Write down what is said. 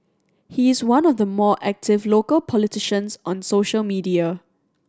he is one of the more active local politicians on social media